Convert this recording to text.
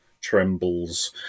Trembles